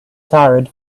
tired